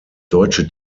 deutsche